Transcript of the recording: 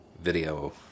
video